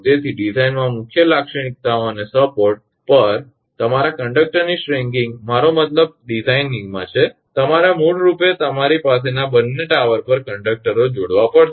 તેથી ડિઝાઇનમાં મુખ્ય લાક્ષણિકતાઓ અને સપોર્ટ પર તમારા કંડકટરોની સ્ટ્રિંગિંગ મારો મતલબ ડિઝાઇનમાં છે અને તમારે મૂળરૂપે તમારી પાસેના બંને ટાવર પર કંડકટરો જોડવા પડશે